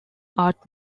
art